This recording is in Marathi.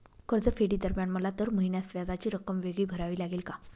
कर्जफेडीदरम्यान मला दर महिन्यास व्याजाची रक्कम वेगळी भरावी लागेल का?